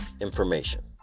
information